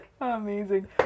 Amazing